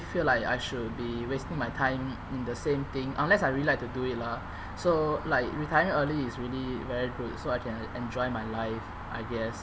feel like I should be wasting my time in the same thing unless I really like to do it lah so like retiring early is really very good so I can enjoy my life I guess